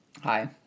Hi